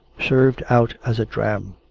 served out as a dram.